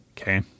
Okay